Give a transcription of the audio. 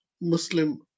Muslim